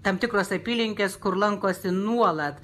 tam tikros apylinkės kur lankosi nuolat